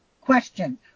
question